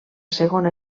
segona